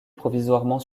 provisoirement